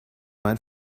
mein